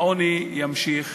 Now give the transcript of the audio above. העוני ימשיך